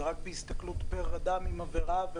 זה רק בהסתכלות פר אדם עם עבירה.